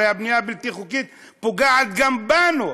הרי הבנייה הבלתי-חוקית פוגעת גם בנו,